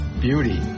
beauty